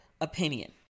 opinion